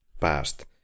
past